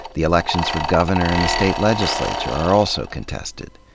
the elections for governor and the state legislature are also contested.